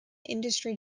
industry